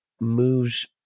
moves